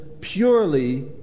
purely